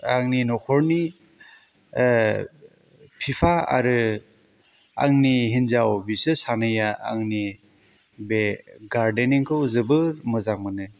आंनि न'खरनि बिफा आरो आंनि हिनजाव बिसोर सानैया आंनि बे गारदेनिंखौ जोबोद मोजां मोनो